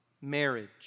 marriage